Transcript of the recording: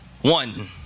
one